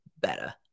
better